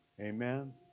Amen